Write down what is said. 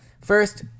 First